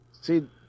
See